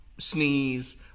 Sneeze